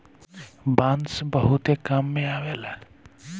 बांस बहुते काम में अवेला